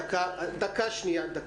בבקשה.